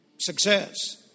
success